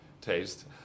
taste